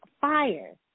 fire